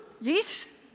Yes